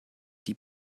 die